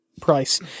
price